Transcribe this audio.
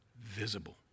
visible